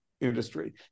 industry